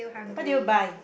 what do you buy